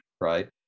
right